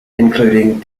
including